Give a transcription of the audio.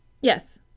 Yes